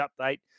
update